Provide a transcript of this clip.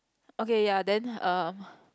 okay ya then um